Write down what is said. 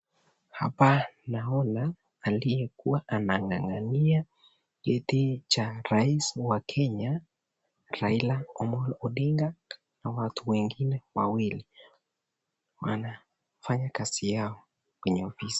Hapa naona aliyekuwa anang'ang'ania kiti cha rais wa kenya Raila Omollo Odinga na watu wengine wawili wanafanya kazi yao kwenye ofisi.